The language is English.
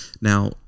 Now